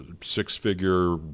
six-figure